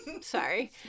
Sorry